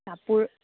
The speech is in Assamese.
কাপোৰ